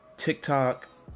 TikTok